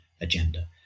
agenda